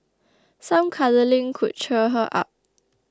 some cuddling could cheer her up